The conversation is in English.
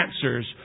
answers